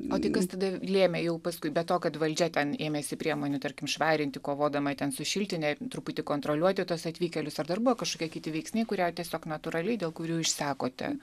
o tai kas tada lėmė jau paskui be to kad valdžia ten ėmėsi priemonių tarkim švarinti kovodama ten su šiltne truputį kontroliuoti tuos atvykėlius ar dar buvo kažkokie kiti veiksniai kurie tiesiog natūraliai dėl kurių išsekote